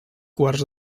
quarts